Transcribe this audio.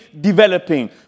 developing